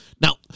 Now